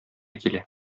килә